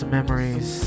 Memories